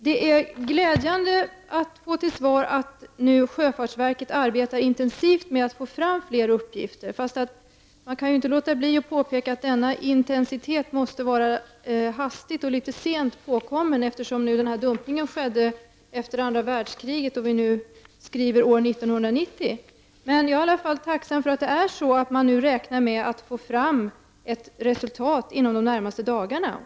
Det är glädjande att få till svar att sjöfartsverket nu arbetar intensivt med att få fram fler uppgifter. Men jag kan inte låta bli att påpeka att denna intensitet måste vara hastigt och litet sent påkommen, eftersom denna dumpning skedde efter andra världskriget och vi nu skriver år 1990. Men jag är i alla fall tacksam för att man räknar med att få fram ett resultat inom de närmaste dagarna.